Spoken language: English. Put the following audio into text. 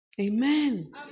Amen